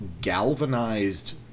galvanized